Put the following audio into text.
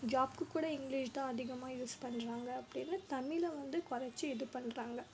ஜாபுக்கு கூட இங்கிலிஷ் தான் அதிகமாக யூஸ் பண்றாங்க அப்படினு தமிழை வந்து கொறைச்சு இது பண்ணுறாங்க